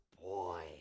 boy